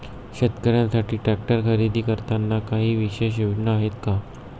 शेतकऱ्यांसाठी ट्रॅक्टर खरेदी करताना काही विशेष योजना आहेत का?